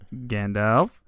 Gandalf